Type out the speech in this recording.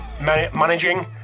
managing